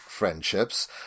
friendships